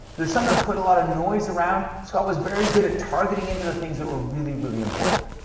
there's sometimes quite a lot of noise around scott was very good at targeting into the things that were really, really important.